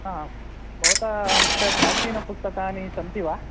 हा भवतः हस्ते प्राचीनपुस्तकानि सन्ति वा